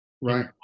right